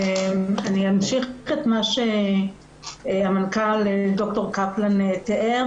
אני אמשיך קצת מה שהמנכ"ל דוקטור קפלן תיאר,